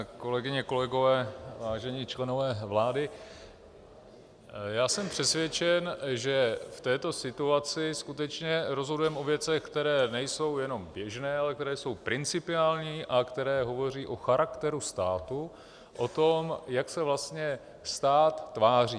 Kolegyně a kolegové, vážení členové vlády, jsem přesvědčen, že v této situaci skutečně rozhodujeme o věcech, které nejsou jenom běžné, ale které jsou principiální a které hovoří o charakteru státu, o tom, jak se vlastně stát tváří.